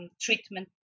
treatment